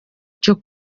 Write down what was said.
cyo